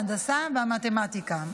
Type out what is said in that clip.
ההנדסה והמתמטיקה.